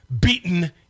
beaten